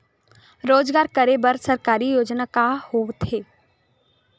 रोजगार करे बर सरकारी योजना का का होथे?